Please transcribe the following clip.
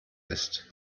ist